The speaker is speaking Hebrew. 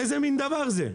איזה מין דבר זה?